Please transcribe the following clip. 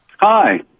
Hi